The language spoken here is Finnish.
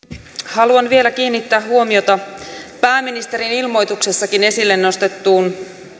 haluan vielä kiinnittää huomiota pääministerin ilmoituksessakin esille nostettuun